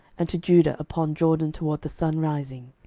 and to judah upon jordan toward the sunrising.